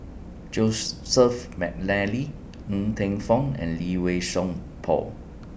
Joseph Mcnally Ng Teng Fong and Lee Wei Song Paul